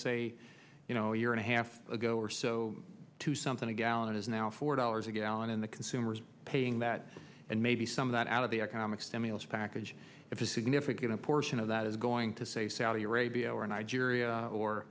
say you know year and a half ago or so to something a gallon is now four dollars a gallon in the consumers paying that and maybe some of that out of the economic stimulus package if a significant portion of that is going to say saudi arabia or nigeria or